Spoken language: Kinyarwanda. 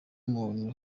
umuntu